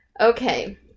Okay